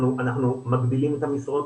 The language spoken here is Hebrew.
אנחנו מגדילים את המשרות,